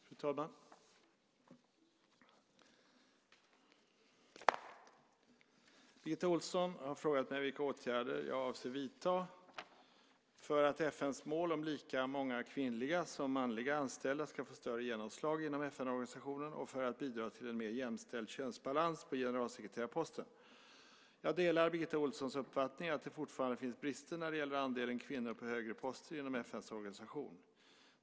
Fru talman! Birgitta Ohlsson har frågat mig vilka åtgärder jag avser att vidta för att FN:s mål om lika många kvinnliga som manliga anställda ska få större genomslag inom FN-organisationen och för att bidra till en mer jämställd könsbalans på generalsekreterarposten. Jag delar Birgitta Ohlssons uppfattning att det fortfarande finns brister när det gäller andelen kvinnor på högre poster inom FN:s organisation.